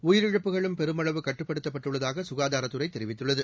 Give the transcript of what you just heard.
உயரிழப்புகளும் பெருமளவு கட்டுப்படுத்தப்பட்டுள்ளதாகசுகாதாரத்துறைதெரிவித்துள்ளது